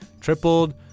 tripled